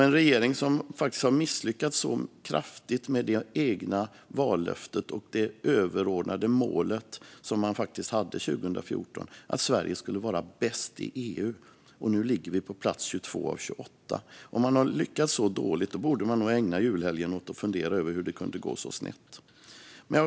En regering som har misslyckats med det egna vallöftet och det överordnade mål som man hade 2014, att Sverige skulle vara bäst i EU - nu ligger vi på plats 22 av 28 - borde nog ägna julhelgen åt att fundera över hur det kunde gå så snett.